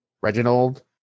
Reginald